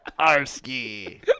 ARSKY